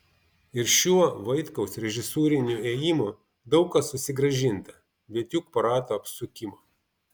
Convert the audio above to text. ir šiuo vaitkaus režisūriniu ėjimu daug kas susigrąžinta bet juk po rato apsukimo